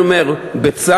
אני אומר בצער,